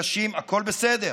הכול בסדר.